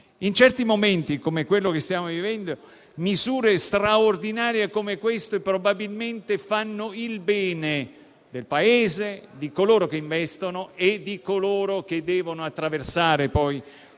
In certi momenti, come in quello che stiamo vivendo, misure straordinarie come queste probabilmente fanno il bene del Paese e di coloro che investono e devono attraversare